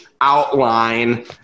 outline